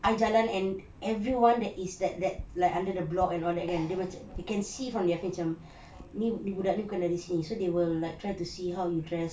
I jalan and everyone that is that that like under the block and all that kan dia macam you can see from their face macam ni budak ni bukan dari sini so they will like try to see how you dress